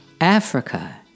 Africa